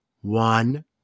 One